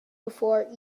before